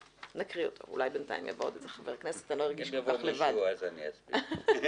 אולי בינתיים יבוא עוד חבר כנסת ואני לא ארגיש כל כך לבד.